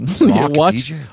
watch